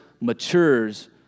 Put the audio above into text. matures